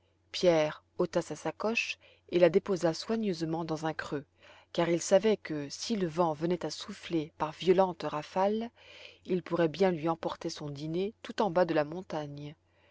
pierre ôta sa sacoche et la déposa soigneusement dans un creux car il savait que si le vent venait à souffler par violentes rafales il pourrait bien lui emporter son dîner tout en bas de la montagne